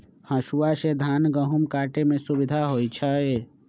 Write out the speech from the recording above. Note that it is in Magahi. हसुआ से धान गहुम काटे में सुविधा होई छै